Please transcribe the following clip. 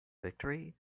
victory